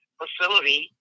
facility